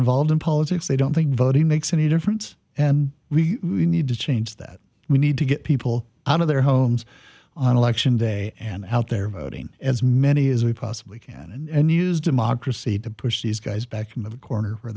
involved in politics they don't think voting makes any difference and we need to change that we need to get people out of their homes on election day and help their voting as many as we possibly can and use democracy to push these guys back into the corner where